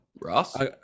Ross